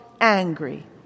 Angry